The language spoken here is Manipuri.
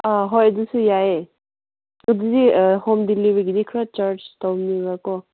ꯑꯥ ꯍꯣꯏ ꯑꯗꯨꯁꯨ ꯌꯥꯏꯌꯦ ꯑꯗꯨꯗꯤ ꯍꯣꯝ ꯗꯦꯂꯤꯕꯔꯤꯒꯤꯗꯤ ꯈꯔ ꯆꯥꯔꯖ ꯇꯧꯒꯅꯦꯕꯀꯣ